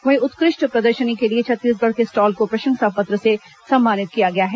वहीं उत्कृष्ट प्रदर्शनी के लिए छत्तीसगढ़ के स्टॉल को प्रशंसा पत्र से सम्मानित किया गया है